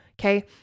okay